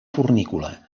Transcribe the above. fornícula